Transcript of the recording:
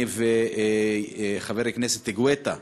אני וחבר הכנסת גואטה,